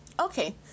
Okay